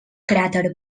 cràter